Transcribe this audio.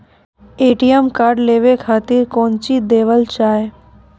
ATM card लेवे के खातिर कौंची देवल जाए?